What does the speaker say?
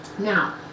now